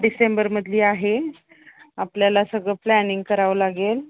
डिसेंबरमधली आहे आपल्याला सगळं प्लॅनिंग करावं लागेल